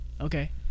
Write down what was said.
okay